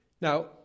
Now